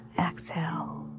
exhale